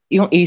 Yung